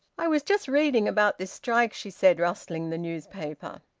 i was just reading about this strike, she said, rustling the newspaper.